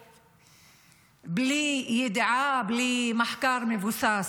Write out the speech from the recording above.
בלי ידיעה, בלי מחקר מבוסס.